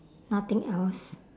nothing else